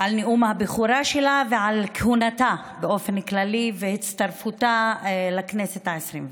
על נאום הבכורה שלה ועל כהונתה באופן כללי והצטרפותה לכנסת העשרים ואחת.